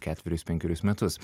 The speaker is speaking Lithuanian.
ketverius penkerius metus